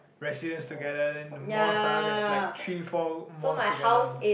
residents together then the malls ah there's like three four malls together